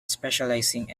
specialising